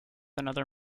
another